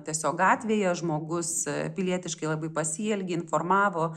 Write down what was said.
tiesiog gatvėje žmogus pilietiškai labai pasielgė informavo